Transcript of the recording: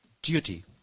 duty